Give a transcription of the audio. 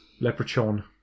Leprechaun